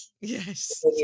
Yes